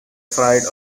fried